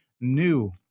new